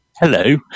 Hello